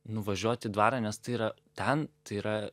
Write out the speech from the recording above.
nuvažiuot į dvarą nes tai yra ten yra